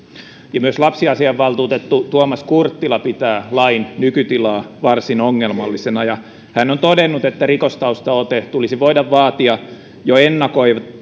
myös lapsiasiavaltuutettu tuomas kurttila pitää lain nykytilaa varsin ongelmallisena ja hän on todennut että rikostaustaote tulisi voida vaatia jo ennakoivasti